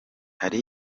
hari